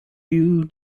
you